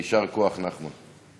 יישר כוח, נחמן.